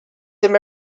them